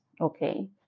okay